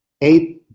eight